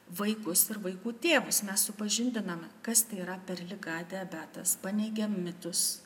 vaikus ir vaikų tėvus mes supažindiname kas tai yra per liga diabetas paneigiam mitus